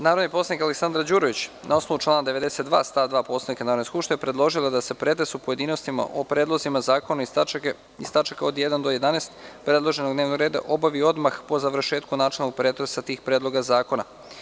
Narodni poslanik Aleksandra Đurović, na osnovu člana 92. stav 2. Poslovnika Narodne skupštine, predložila je da se pretres u pojedinostima o predlozima zakona iz tačaka od 1. do 11. predloženog dnevnog reda obavi odmah po završetku načelnog pretresa tih predloga zakona.